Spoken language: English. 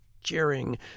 cheering